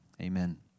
Amen